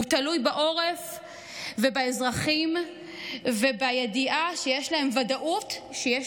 הוא תלוי בעורף ובאזרחים ובידיעה שיש להם ודאות שיש